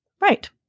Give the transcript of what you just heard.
Right